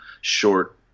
short